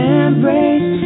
embrace